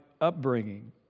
upbringing